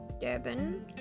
Durban